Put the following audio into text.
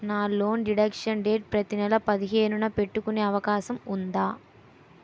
నా loan deduction date ప్రతి నెల పదిహేను న పెట్టుకునే అవకాశం ఉందా?